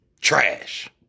trash